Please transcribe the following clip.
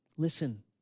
Listen